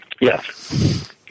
Yes